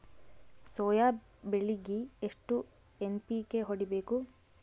Soya ಬೆಳಿಗಿ ಎಷ್ಟು NPK ಹೊಡಿಬೇಕು?